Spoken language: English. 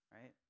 right